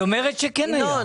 היא אומרת שכן היה.